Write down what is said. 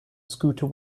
scooter